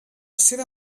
seva